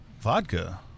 vodka